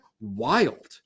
wild